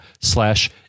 slash